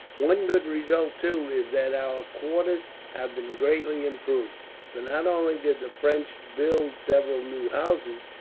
one good result, too, is that our quarters have been greatly improved for not only did the french build several new houses,